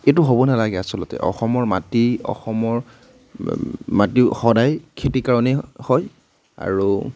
এইটো হ'ব নেলাগে আচলতে অসমৰ মাটি অসমৰ মাটিও সদায় খেতিৰ কাৰণেই হয় আৰু